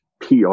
PR